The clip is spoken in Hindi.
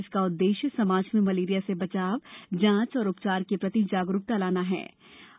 इसका उद्देश्य समाज में मलेरिया से बचाव जांच और उ चार के प्रति जागरूकता लाना होता है